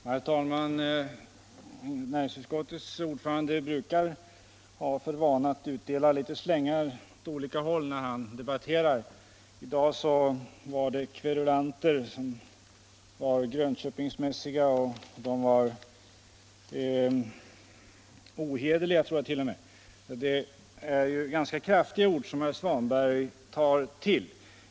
Herr talman! Näringsutskottets ordförande har för vana att utdela litet slängar åt olika håll när han debatterar. I dag benämndes kritikerna av Stålverk 80 kverulanter som var grönköpingsmässiga och, tror jag, t.o.m. ohederliga. det är ganska kraftiga ord herr Svanberg tar till.